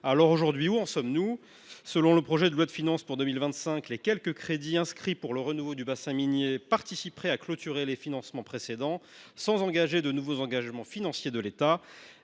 donc aujourd’hui ? Selon le projet de loi de finances pour 2025, les quelques crédits inscrits pour le renouveau du bassin minier participeraient à clôturer les financements précédents, sans nouvel engagement financier de l’État.